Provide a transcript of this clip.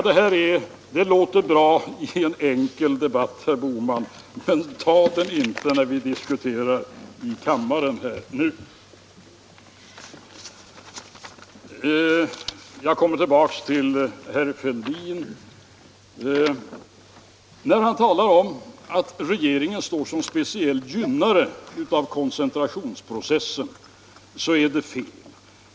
Det här argumentet med skattesänkningen låter bra i en enkel debatt, herr Bohman, men ta den inte när vi diskuterar nu i kammaren! Jag kommer tillbaka till herr Fälldin. När han talar om att regeringen står som speciell gynnare av koncentrationsprocessen, så är det fel.